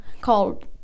called